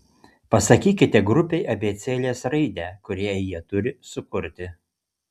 pasakykite grupei abėcėlės raidę kurią jie turi sukurti